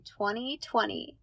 2020